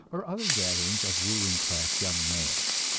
or other gatherings of ruling class young males.